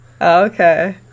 okay